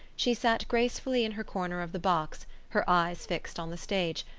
she sat gracefully in her corner of the box, her eyes fixed on the stage,